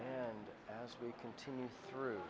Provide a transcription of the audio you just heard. and as we continue through